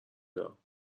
دارم